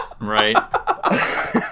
Right